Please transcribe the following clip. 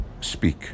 speak